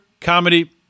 comedy